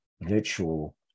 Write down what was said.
virtual